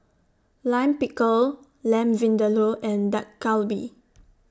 Lime Pickle Lamb Vindaloo and Dak Galbi